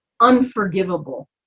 unforgivable